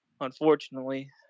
unfortunately